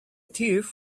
thief